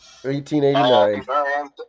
1889